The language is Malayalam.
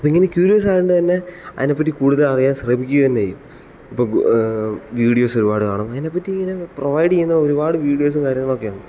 അപ്പോൾ ഇങ്ങനെ ക്യൂരിയസ്സായത് കൊണ്ട്തന്നെ അതിനെ പറ്റി കൂടുതൽ അറിയാൻ ശ്രമിക്കുക തന്നെ ചെയ്യും അപ്പോൾ വീഡിയോസ് ഒരുപാട് കാണും അതിനെ പറ്റി ഇങ്ങനെ പ്രൊവൈഡ് ചെയ്യുന്ന ഒരുപാട് വീഡിയോസ് കാര്യങ്ങളൊക്കെയുണ്ട്